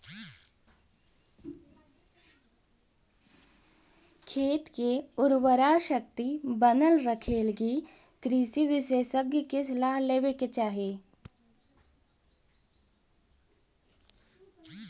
खेत के उर्वराशक्ति बनल रखेलगी कृषि विशेषज्ञ के सलाह लेवे के चाही